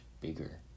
bigger